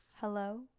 Hello